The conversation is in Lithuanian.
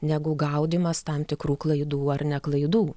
negu gaudymas tam tikrų klaidų ar ne klaidų